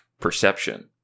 perception